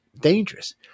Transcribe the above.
dangerous